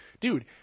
dude